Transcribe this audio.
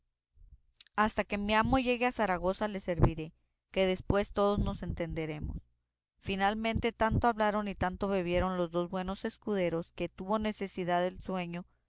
hasta que mi amo llegue a zaragoza le serviré que después todos nos entenderemos finalmente tanto hablaron y tanto bebieron los dos buenos escuderos que tuvo necesidad el sueño